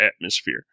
atmosphere